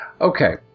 Okay